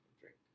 Drink